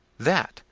that,